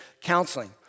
counseling